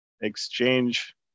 exchange